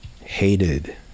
hated